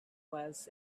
was